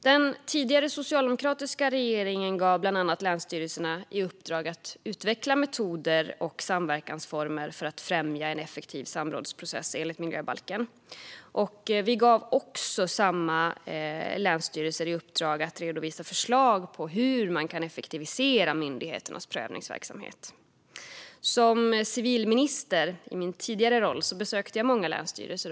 Den tidigare socialdemokratiska regeringen gav bland annat länsstyrelserna i uppdrag att utveckla metoder och samverkansformer för att främja en effektiv samrådsprocess enligt miljöbalken. Vi gav länsstyrelserna även i uppdrag att redovisa förslag på hur man kan effektivisera myndigheternas prövningsverksamhet. I min tidigare roll som civilminister besökte jag många länsstyrelser.